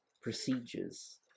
procedures